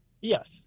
Yes